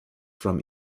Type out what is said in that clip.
from